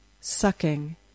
sucking